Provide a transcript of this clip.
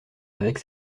avec